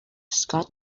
scott